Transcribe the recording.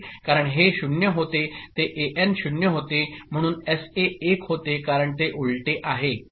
कारण हे 0 होते ते एएन 0 होते म्हणून एसए 1 होते कारण ते उलटे आहे आणि हे 0 आहे